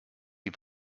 die